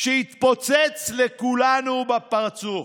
שיתפוצץ לכולנו בפרצוף.